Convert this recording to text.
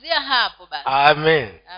Amen